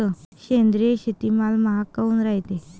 सेंद्रिय शेतीमाल महाग काऊन रायते?